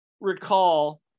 recall